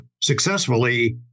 successfully